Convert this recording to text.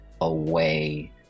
away